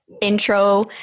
intro